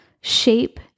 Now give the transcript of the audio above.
shape